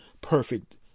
perfect